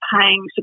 paying